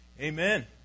Amen